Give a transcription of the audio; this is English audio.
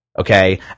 okay